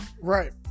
Right